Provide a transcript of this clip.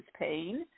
pain